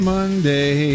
Monday